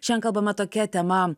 šian kalbame tokia tema